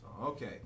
Okay